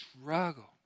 struggle